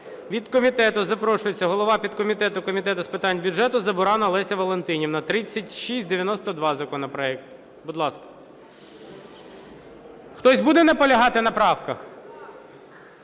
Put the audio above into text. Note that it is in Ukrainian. Від комітету запрошується голова підкомітету Комітету з питань бюджету Забуранна Леся Валентинівна. 3692 законопроект. Будь ласка. Хтось буде наполягати на правках?